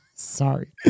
Sorry